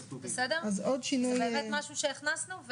אז עוד שינוי --- זה באמת משהו שהכנסנו,